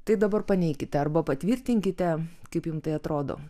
tai dabar paneikite arba patvirtinkite kaip jum tai atrodo